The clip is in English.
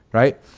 right.